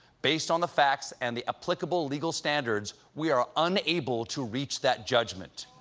based on the facts and the applicable legal standards, we are unable to reach that judgment.